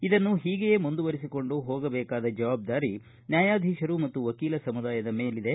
ಇದನ್ನು ಹೀಗೆಯೆ ಮುಂದುವರಿಸಿಕೊಂಡು ಹೋಗಬೇಕಾದ ಜವಾಬ್ದಾರಿ ನ್ನಾಯಾಧೀಶರು ಮತ್ತು ವಕೀಲ ಸಮುದಾಯದ ಮೇಲಿದೆ